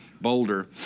Boulder